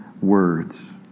words